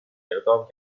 اقدام